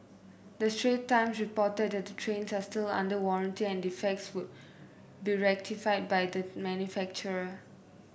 the Straits Times reported that the trains are still under warranty and defects would be rectified by the manufacturer